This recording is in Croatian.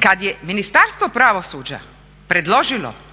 kad je Ministarstvo pravosuđa predložilo,